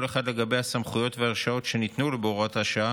כל אחד לגבי הסמכויות וההרשאות שניתנו לו בהוראת השעה,